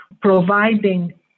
providing